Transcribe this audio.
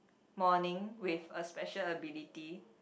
morning with a special ability